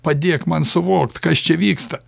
padėk man suvokt kas čia vyksta